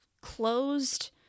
closed